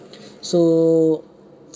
so